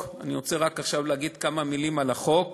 אני רוצה עכשיו להגיד כמה מילים על החוק: